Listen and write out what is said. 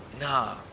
nah